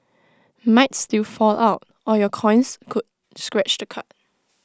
might still fall out or your coins could scratch the card